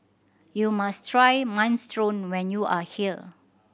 you must try Minestrone when you are here